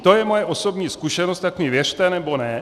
To je moje osobní zkušenost, tak mi věřte, nebo ne.